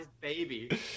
baby